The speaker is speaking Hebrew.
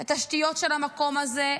את התשתיות של המקום הזה.